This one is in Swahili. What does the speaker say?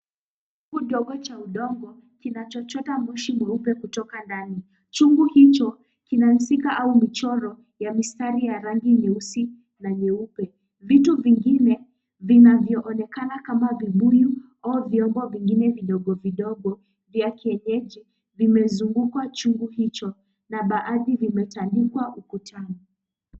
Chungu ndogo cha udongo, kinachochota moshi mweupe kutoka ndani. Chungu hicho kina msika au michoro ya mistari ya rangi nyeusi na nyeupe. Vitu vingine vinavyoonekana kama vibuyu au vyombo vingine vidogo vidogo, vya kienyeji vimezunguka chungu hicho, na baadhi vimetandikwa ukutani.